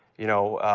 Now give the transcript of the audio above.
you know,